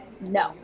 no